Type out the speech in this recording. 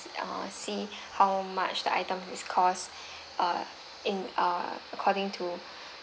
uh see how much the item is cost uh in uh according to